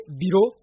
biro